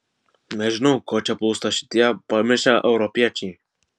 nežinau ko čia plūsta šitie pamišę europiečiai